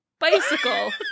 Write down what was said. Bicycle